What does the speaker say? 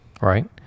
right